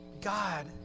God